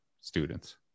students